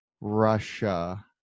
Russia